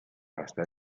hasta